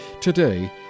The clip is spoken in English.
Today